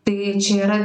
tai čia yra